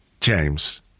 James